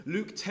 Luke